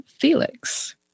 felix